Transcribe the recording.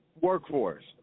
workforce